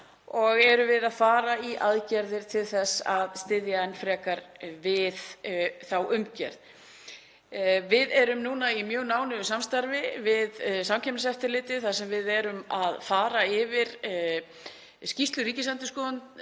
Við erum að fara í aðgerðir til þess að styðja enn frekar við þá umgjörð. Við erum núna í mjög nánu samstarfi við Samkeppniseftirlitið þar sem við erum að fara yfir skýrslu Ríkisendurskoðunar